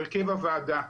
הרכב הוועדה.